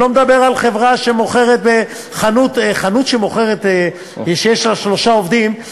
אני לא מדבר על חנות שיש לה שלושה עובדים,